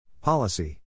Policy